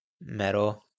metal